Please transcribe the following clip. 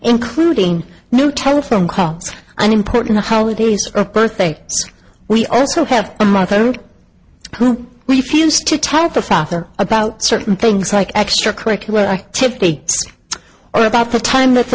including new telephone calls and important the holidays of birthday we also have a mother who refused to talk to father about certain things like extra curricular activity or about the time that the